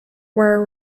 wear